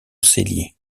cellier